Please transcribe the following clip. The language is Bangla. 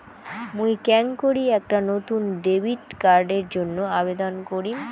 মুই কেঙকরি একটা নতুন ডেবিট কার্ডের জন্য আবেদন করিম?